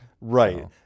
Right